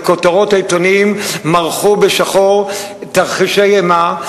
וכותרות העיתונים מרחו בשחור תרחישי אימה,